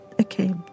Okay